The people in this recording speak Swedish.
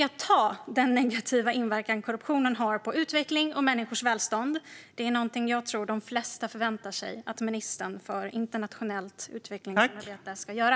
Att ta den negativa inverkan korruptionen har på utveckling och människors välstånd på allvar är någonting jag tror att de flesta förväntar sig att ministern för internationellt utvecklingssamarbete ska göra.